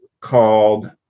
called